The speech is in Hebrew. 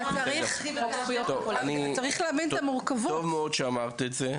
טוב מאוד שאמרת את זה.